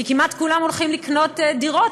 כי כמעט כולם הולכים לקנות דירות,